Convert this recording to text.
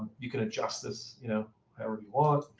you can adjust this you know however you want.